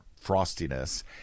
frostiness